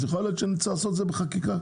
ייתכן שנצטרך לעשות את זה בחקיקה.